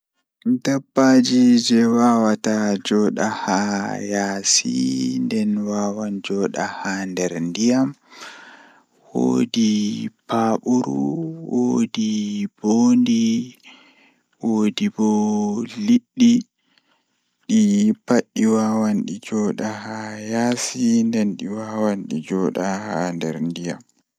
Koɓe tagi haa duniyaaru jei ɓuri E njaatigi maɓɓe e no waɗi ko jooɗaade ngoodaaɗi, kono ngoodi heen walla jogii cuɗii, hitaan tawii ndon waɗi ngooru ngam haɓɓude ngelnaange e nder yeeso. Si tawii ngoodi waɗaa roƴɓe kanko e waɗde waɗitugol goonga, ko maa ngoodi ɓuri jooni walla waɗtu jogiraa goonga. Konngol fawru e ɗo doole jooɗa ko si maƴii ngoodi goɗɗe nguurndal.